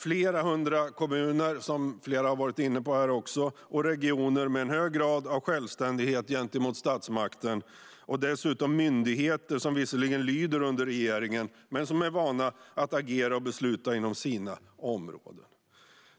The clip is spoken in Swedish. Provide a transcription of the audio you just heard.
Flera hundra kommuner och regioner har en hög grad av självständighet gentemot statsmakten, som flera varit inne på här. Vi har dessutom myndigheter som visserligen lyder under regeringen men som är vana att agera och besluta inom sina områden.